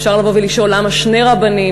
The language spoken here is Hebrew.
אפשר לבוא ולשאול למה שני רבנים,